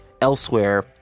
elsewhere